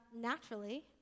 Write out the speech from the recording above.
naturally